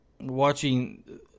watching